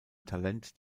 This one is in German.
talent